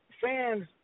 fans